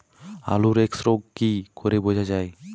আলুর এক্সরোগ কি করে বোঝা যায়?